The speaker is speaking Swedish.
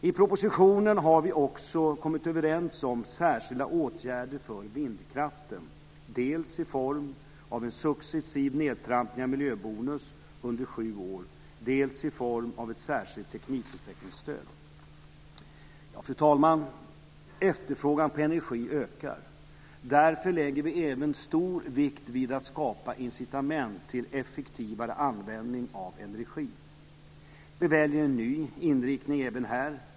I propositionen har vi också kommit överens om särskilda åtgärder för vindkraften, dels i form av en successiv nedtrappning av miljöbonus under sju år, dels i form av ett särskilt teknikutvecklingsstöd. Fru talman! Efterfrågan på energi ökar. Därför lägger vi även stor vikt vid att skapa incitament till effektivare användning av energi. Vi väljer en ny inriktning även här.